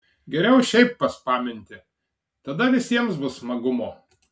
geriau šiaip paspaminti tada visiems bus smagumo